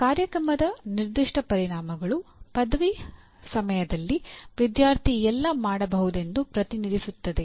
ಕಾರ್ಯಕ್ರಮದ ನಿರ್ದಿಷ್ಟ ಪರಿಣಾಮಗಳು ಪದವಿ ಸಮಯದಲ್ಲಿ ವಿದ್ಯಾರ್ಥಿ ಎಲ್ಲ ಮಾಡಬಹುದೆಂದು ಪ್ರತಿನಿಧಿಸುತ್ತದೆ